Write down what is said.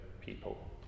people